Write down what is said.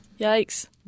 Yikes